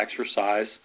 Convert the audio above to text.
exercise